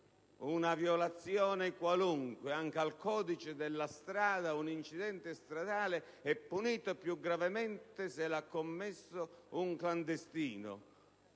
Una violazione qualunque, anche al codice della strada, un incidente stradale è punito più gravemente se l'ha commesso un clandestino